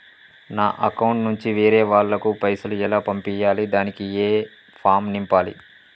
నా అకౌంట్ నుంచి వేరే వాళ్ళకు పైసలు ఎలా పంపియ్యాలి దానికి ఏ ఫామ్ నింపాలి?